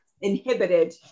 inhibited